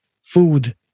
food